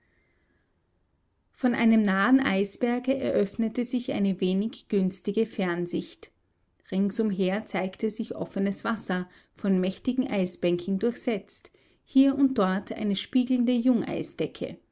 von einem nahen eisberge eröffnete sich eine wenig günstige fernsicht rings umher zeigte sich offenes wasser von mächtigen eisbänken durchsetzt hier und dort eine spiegelnde